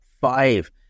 five